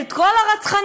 את כל הרצחנות?